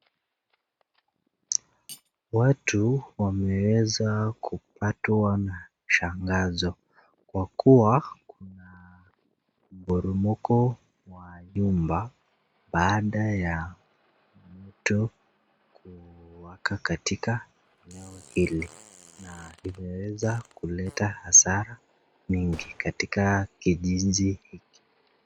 Watu wameweza kupatwa na shangazo, kwa kuwa, kuna mporomoko wa nyumba baada ya moto kuwaka katika eneo hili. Na umeweza kuleta hasara nyingi katika kijiji hiki.